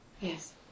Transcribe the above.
Yes